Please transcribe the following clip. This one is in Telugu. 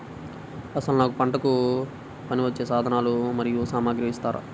అసలు నాకు పంటకు పనికివచ్చే సాధనాలు మరియు సామగ్రిని ఇస్తారా?